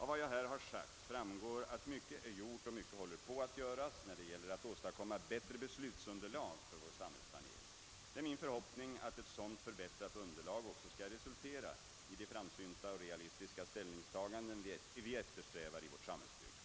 Av vad jag här sagt framgår att mycket är gjort och mycket håller på att göras när det gäller att åstadkomma bättre beslutsunderlag för vår samhällsplanering. Det är min förhoppning att ett sådant förbättrat underlag också skall resultera i de framsynta och realistiska ställningstaganden vi efterstävar i vårt samhällsbyggande.